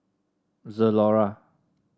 zalora